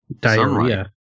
diarrhea